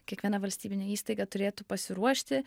kiekviena valstybinė įstaiga turėtų pasiruošti